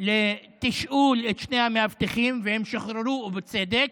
לתשאול את שני המאבטחים והם שוחררו, ובצדק,